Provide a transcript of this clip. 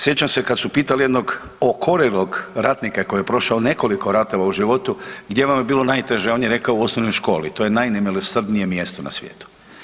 Sjećam se kad su pitali jednog okorjelog ratnika koji je prošao nekoliko ratova u životu, gdje vam je bilo najteže, on je rekao u osnovnoj školi to je najnemilosrdnije mjesto na svijetu.